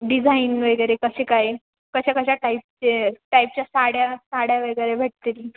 design वगैरे कसे काय कशा कशा टाईपचे टाईपच्या साड्या साड्या वगैरे भेटतील